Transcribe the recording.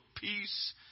peace